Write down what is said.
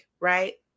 Right